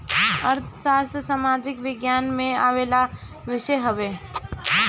अर्थशास्त्र सामाजिक विज्ञान में आवेवाला विषय हवे